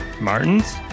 Martin's